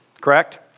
correct